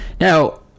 Now